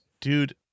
dude